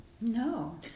No